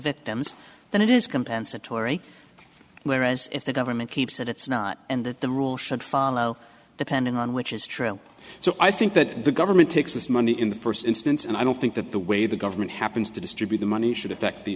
dems then it is compensatory whereas if the government keeps it it's not and that the rule should follow the pending on which is true so i think that the government takes this money in the first instance and i don't think that the way the government happens to distribute the money should affect the